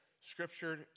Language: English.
scripture